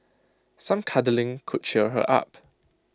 some cuddling could cheer her up